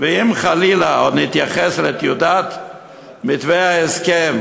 אם חלילה נתייחס לטיוטת מתווה ההסכם